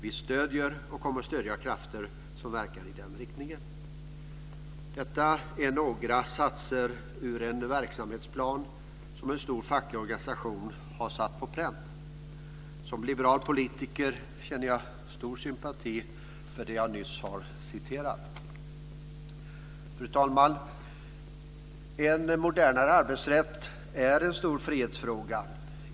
Vi stödjer och kommer att stödja krafter som verkar i den riktningen." Detta är några satser ur en verksamhetsplan som en stor facklig organisation har satt på pränt. Som liberal politiker känner jag stor sympati för det jag nyss har citerat. Fru talman! En modernare arbetsrätt är en stor frihetsfråga.